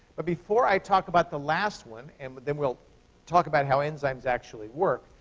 but before i talk about the last one, and then we'll talk about how enzymes actually work,